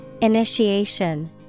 Initiation